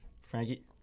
Frankie